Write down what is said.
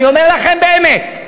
אני אומר לכם באמת,